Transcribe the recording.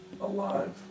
alive